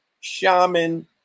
Shaman